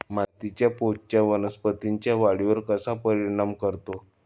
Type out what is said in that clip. मातीच्या पोतचा वनस्पतींच्या वाढीवर कसा परिणाम करतो?